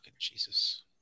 Jesus